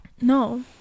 no